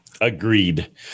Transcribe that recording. Agreed